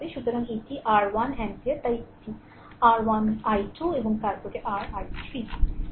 সুতরাং এটি আর 1 অ্যাম্পিয়ার তাই এটি r i2 এবং তারপরে r i3